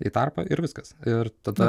į tarpą ir viskas ir tada